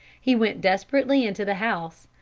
he went desperately into the house,